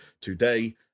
today